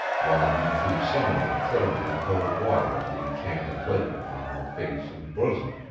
while he threw some of the thrillingly cold water of the enchanted lake upon her face and bosom.